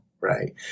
right